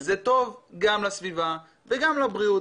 זה טוב גם לסביבה וגם לבריאות.